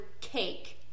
cake